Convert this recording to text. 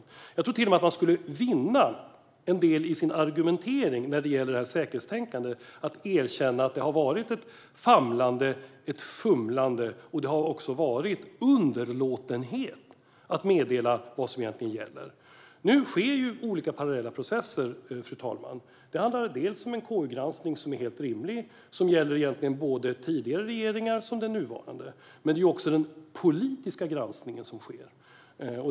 Jag tror till och med att man skulle vinna en del i sin argumentering när det gäller säkerhetstänkandet om man erkände att det har varit ett famlande och ett fumlande - och att det även har funnits en underlåtenhet att meddela vad som egentligen gäller. Nu sker ju olika parallella processer, fru talman. Det handlar dels om en KU-granskning, som är helt rimlig och som egentligen gäller såväl tidigare regeringar som den nuvarande, dels om den politiska granskning som sker.